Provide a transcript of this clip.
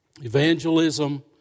evangelism